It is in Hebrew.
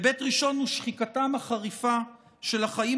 היבט ראשון הוא שחיקתם החריפה של החיים